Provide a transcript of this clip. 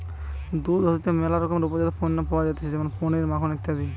দুধ হইতে ম্যালা রকমের উপজাত পণ্য পাওয়া যাইতেছে যেমন পনির, মাখন ইত্যাদি